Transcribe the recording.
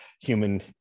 human